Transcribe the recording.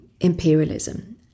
imperialism